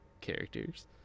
characters